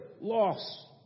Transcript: loss